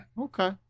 Okay